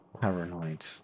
paranoid